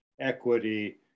equity